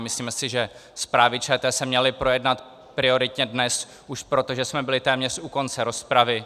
Myslíme si, že zprávy ČT se měly projednat prioritně dnes už proto, že jsme byli téměř u konce rozpravy.